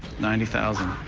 ninety thousand